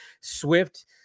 swift